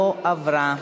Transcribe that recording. נתקבלה.